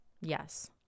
Yes